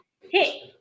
hey